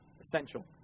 essential